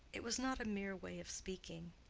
it was not a mere way of speaking.